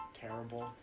terrible